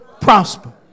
prosper